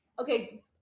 okay